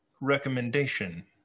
recommendation